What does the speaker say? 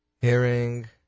hearing